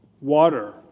water